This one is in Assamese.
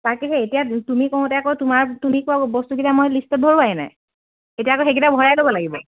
তাকেহে এতিয়া তুমি কওতে আকৌ তোমাৰ তুমি কোৱা বস্তুকেইটা মই লিষ্টত ভৰোৱাই নাই এতিয়া আকৌ সেইকেইটা ভৰাই ল'ব লাগিব